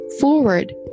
forward